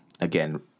again